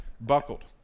buckled